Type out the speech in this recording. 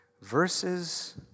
Verses